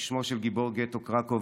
ושמו של גיבור גטו קרקוב,